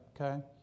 okay